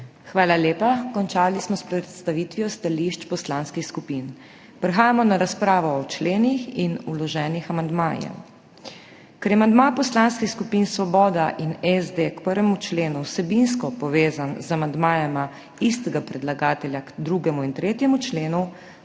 Hvala lepa. Končali smo predstavitve stališč poslanskih skupin. Prehajamo na razpravo o členih in vloženih amandmajih. Ker je amandma poslanskih skupin Svoboda in SD k 1. členu vsebinsko povezan z amandmajema istega predlagatelja k 2. in 3. členu,